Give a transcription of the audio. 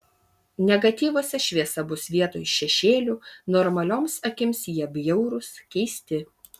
negatyvuose šviesa bus vietoj šešėlių normalioms akims jie bjaurūs keisti